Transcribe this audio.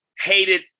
hated